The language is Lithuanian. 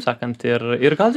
sakant ir ir gal